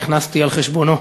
נכנסתי על חשבונו,